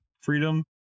freedom